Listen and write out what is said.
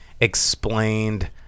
explained